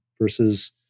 versus